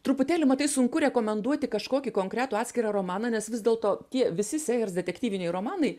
truputėlį matai sunku rekomenduoti kažkokį konkretų atskirą romaną nes vis dėlto tie visi sėjers detektyviniai romanai